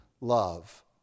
love